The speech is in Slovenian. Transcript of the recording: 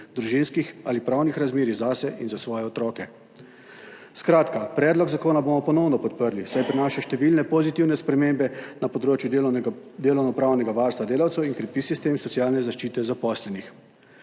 družinskih ali pravnih razmerij zase in za svoje otroke. Skratka, predlog zakona bomo ponovno podprli, saj prinaša številne pozitivne spremembe na področju delovnopravnega varstva delavcev in krepi sistem socialne zaščite zaposlenih.